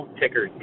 ticker